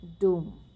doom